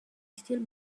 still